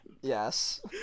Yes